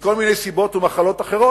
מכל מיני סיבות ומחלות אחרות,